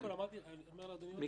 אני אומר לאדוני עוד פעם: